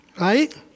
Right